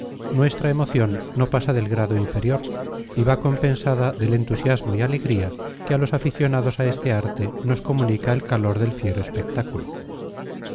nuestra emoción no pasa del grado inferior y va compensada del entusiasmo y alegría que a los aficionados a este arte nos comunica el calor del fiero espectáculo